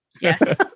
Yes